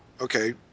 Okay